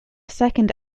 second